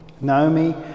Naomi